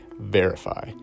verify